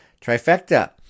Trifecta